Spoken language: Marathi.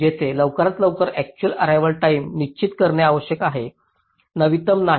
येथे लवकरात लवकर अक्चुअल अर्रेवाल टाईम निश्चित करणे आवश्यक आहे नवीनतम नाही